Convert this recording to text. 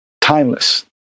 timeless